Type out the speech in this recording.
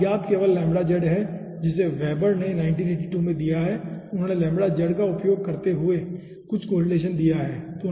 यहां अज्ञात केवल लैम्ब्डा z है जिसे वेबर ने 1982 में दिया है उन्होंने लैम्ब्डा z का उपयोग करते हुए कुछ कोरिलेसन दिया है